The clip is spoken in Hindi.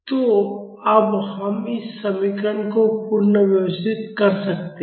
तो अब हम इस समीकरण को पुनर्व्यवस्थित कर सकते हैं